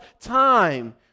time